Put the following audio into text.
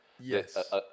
Yes